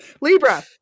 libra